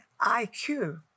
IQ